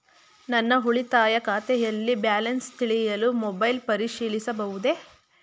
ನನ್ನ ಉಳಿತಾಯ ಖಾತೆಯಲ್ಲಿ ಬ್ಯಾಲೆನ್ಸ ತಿಳಿಯಲು ಮೊಬೈಲ್ ಪರಿಶೀಲಿಸಬಹುದೇ?